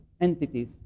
entities